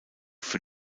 für